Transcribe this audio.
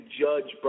judge